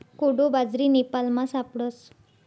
कोडो बाजरी नेपालमा सापडस